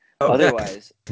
Otherwise